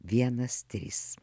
vienas trys